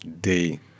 day